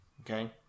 okay